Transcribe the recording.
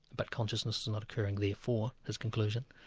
but consciousness is not occurring. therefore, his conclusion,